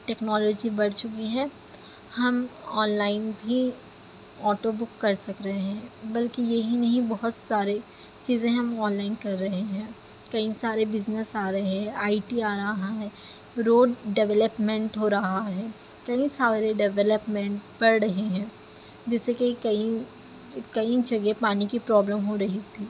technology بڑھ چکی ہے ہم آن لائن بھی آٹو بک کر سک رہے ہیں بلکہ یہی نہیں بہت سارے چیزیں ہم آن لائن کر رہے ہیں کئی سارے بزنس آ رہے ہیں آئی ٹی آ رہا ہے روڈ ڈویلپمنٹ ہو رہا ہے کئی سارے ڈویلپمنٹ پڑ رہے ہیں جیسے کہ کئی کئی جگہ پانی کی پرابلم ہو رہی تھی